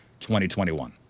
2021